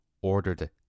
ordered